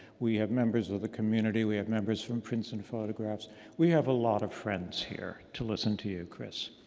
we have members of the community. we have members from prints and photographs. we have a lot of friends here to listen to you, chris.